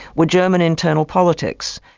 were german internal politics.